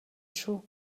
шүү